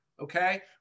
okay